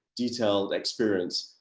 detailed experience.